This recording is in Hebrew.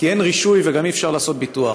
כי אין רישוי וגם אי-אפשר לעשות ביטוח.